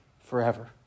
forever